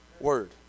word